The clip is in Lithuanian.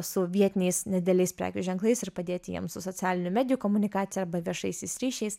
su vietiniais nedideliais prekių ženklais ir padėti jiem su socialinių medijų komunikacija arba viešaisiais ryšiais